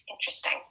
Interesting